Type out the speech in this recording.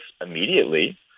immediately